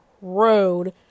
road